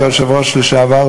היושב-ראש לשעבר,